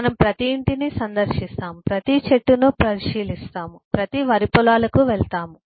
మనము ప్రతి ఇంటిని సందర్శిస్తాము ప్రతి చెట్టును పరిశీలిస్తాము ప్రతి వరి పొలాలకు వెళ్తాము